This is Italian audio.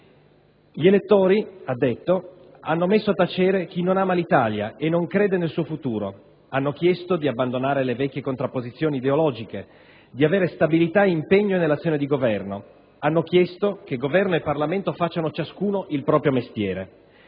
del Consiglio, hanno messo a tacere chi non ama l'Italia e non crede nel suo futuro, hanno chiesto di abbandonare le vecchie contrapposizioni ideologiche, di avere stabilità e impegno nell'azione di Governo. Hanno chiesto che Governo e Parlamento facciano ciascuno il proprio mestiere.